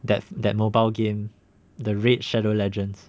that that mobile game the red shadow legends